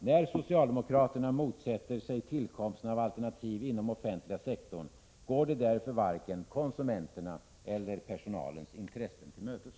När socialdemokraterna motsätter sig tillkomsten av alternativ inom den offentliga sektorn, går de därför varken konsumenternas eller personalens intressen till mötes.